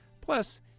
Plus